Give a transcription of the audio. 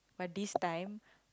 but this time